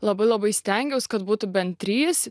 labai labai stengiausi kad būtų bent trys